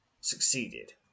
Succeeded